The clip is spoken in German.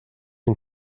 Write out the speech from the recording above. den